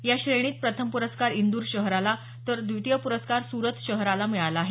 या श्रेणी प्रथम प्रस्कार इंदूर शहराला तर द्वितीय पुरस्कार सुरत शहराला मिळाला आहे